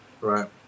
Right